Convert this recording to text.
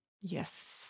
Yes